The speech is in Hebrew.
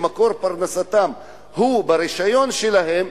שמקור פרנסתם הוא ברשיון שלהם,